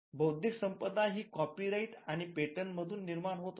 बौद्धिक संपदा ही कॉपीराइट आणि पेटंट मधून निर्माण होत असते